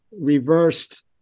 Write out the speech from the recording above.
reversed